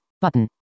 Button